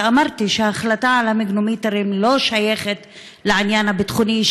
ואמרתי שההחלטה על המגנומטרים לא שייכת לעניין הביטחוני,